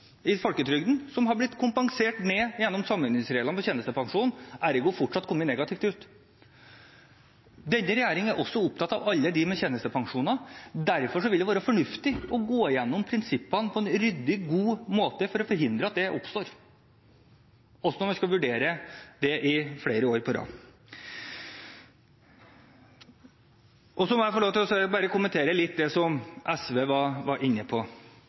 i folketrygden, som har blitt kompensert ned gjennom samordningsreglene med tjenestepensjon og ergo fortsatt kommer negativt ut? Denne regjeringen er også opptatt av alle dem med tjenestepensjoner, derfor vil det være fornuftig å gå igjennom prinsippene på en ryddig og god måte for å forhindre at det oppstår, også når vi skal vurdere det flere år på rad. Jeg må få lov til å kommentere litt det som SV var inne på,